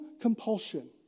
compulsion